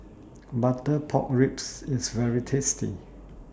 Butter Pork Ribs IS very tasty